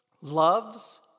loves